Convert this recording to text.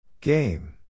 Game